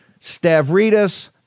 Stavridis